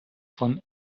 von